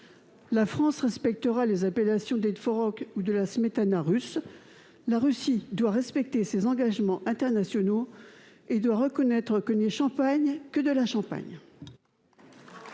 La France respectera les appellations du tvorog ou de la smetana russes. Aussi, La Russie doit respecter ses engagements internationaux et reconnaître qu'« il n'est champagne que de la Champagne